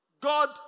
God